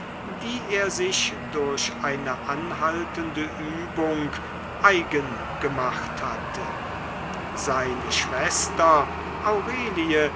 die er sich durch eine anhaltende übung eigen gemacht hatte seine schwester aurelie